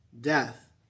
death